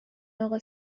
اقا